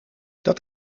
dat